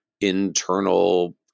internal